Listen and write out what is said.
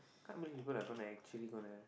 can't believe people are gonna actually gonna